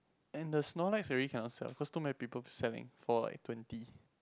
and the Snorlax really cannot sell cause too many people selling for like twenty